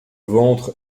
ventre